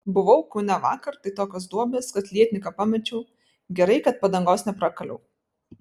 buvau kaune vakar tai tokios duobės kad lietnyką pamečiau gerai kad padangos neprakaliau